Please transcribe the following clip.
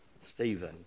Stephen